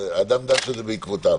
שאדם דש בזה בעקביו.